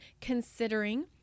considering